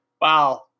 wow